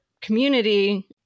community